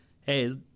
hey—